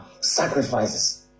sacrifices